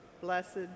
Blessed